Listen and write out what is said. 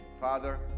Father